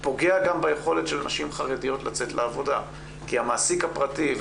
גם פוגע ביכולת של נשים חרדיות לצאת לעבודה בגלל המעסיק הפרטי.